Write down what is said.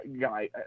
guy